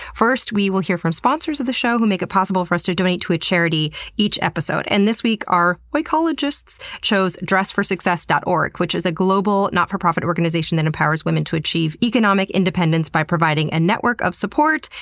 first we will hear from sponsors of the show who make it possible for us to donate to a charity each episode. and this week, our oikologists chose dressforsuccess dot org, which is a global not-for-profit organization that empowers women to achieve economic independence by providing a and network of support,